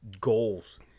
goals